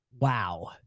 Wow